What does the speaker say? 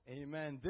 amen